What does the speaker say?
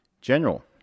general